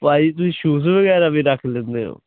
ਭਾਅ ਜੀ ਤੁਸੀਂ ਸ਼ੂਜ਼ ਵਗੈਰਾ ਵੀ ਰੱਖ ਲੈਂਦੇ ਹੋ